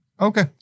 Okay